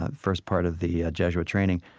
ah first part of the jesuit training,